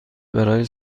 برای